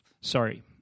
sorry